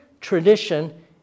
tradition